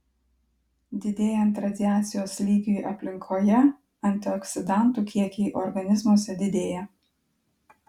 didėjant radiacijos lygiui aplinkoje antioksidantų kiekiai organizmuose didėja